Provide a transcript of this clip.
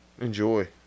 Enjoy